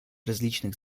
различных